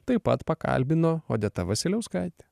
taip pat pakalbino odeta vasiliauskaitė